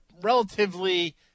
relatively